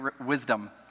wisdom